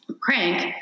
crank